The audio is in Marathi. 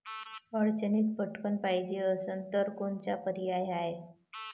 अडचणीत पटकण पायजे असन तर कोनचा पर्याय हाय?